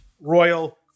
Royal